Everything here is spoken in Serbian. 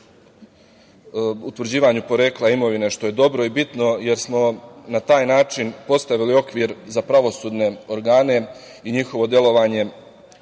utvrđivanju porekla imovine, što je dobro i bitno, jer smo na taj način postavili okvir za pravosudne organe i njihovo delovanje